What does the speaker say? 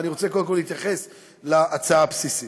אבל אני רוצה קודם כול להתייחס להצעה הבסיסית.